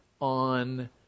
on